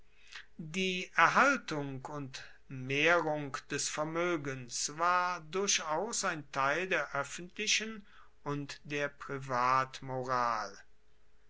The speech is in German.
die erhaltung und mehrung des vermoegens war durchaus ein teil der oeffentlichen und der